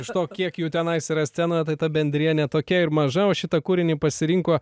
iš to kiek jų tenais yra scenoje tai ta bendrija ne tokia ir maža o šitą kūrinį pasirinko